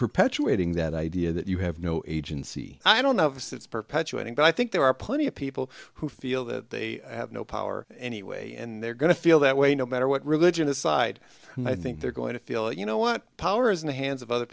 perpetuating that idea that you have no agency i don't know if that's perpetuating but i think there are plenty of people who feel that they have no power anyway and they're going to feel that way no matter what religion aside i think they're going to feel you know what power is in the hands of other